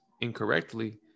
incorrectly